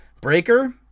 Breaker